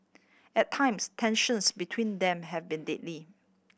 at times tensions between them have been deadly